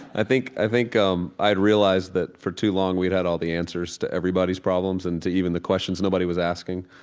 i think i think um i'd realized that for too long we'd had all the answers to everybody's problems and to even the questions nobody was asking.